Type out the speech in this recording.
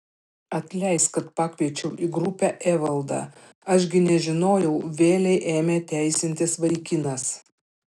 atleisk kad pakviečiau į grupę evaldą aš gi nežinojau vėlei ėmė teisintis vaikinas